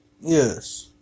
yes